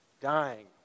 dying